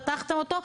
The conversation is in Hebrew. פתחת אותו,